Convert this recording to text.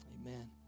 Amen